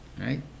right